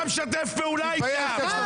ראשי BDS. אתה משתף פעולה איתם.